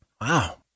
Wow